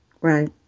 Right